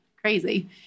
crazy